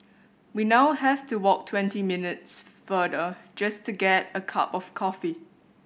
we now have to walk twenty minutes farther just to get a cup of coffee